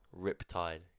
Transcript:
riptide